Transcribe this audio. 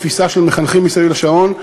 תפיסה של "מחנכים מסביב לשעון",